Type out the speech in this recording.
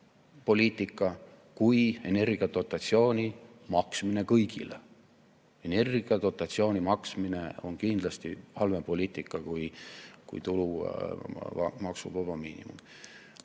kui energiadotatsiooni maksmine kõigile. Energiadotatsiooni maksmine on kindlasti halvem poliitika kui tulumaksuvaba miinimum.